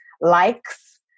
likes